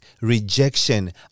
rejection